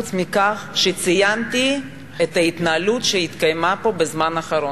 חוץ מכך שציינתי את ההתנהלות שהתקיימה פה בזמן האחרון,